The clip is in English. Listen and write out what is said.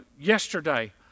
yesterday